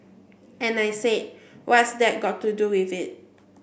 and I said what's that got to do with it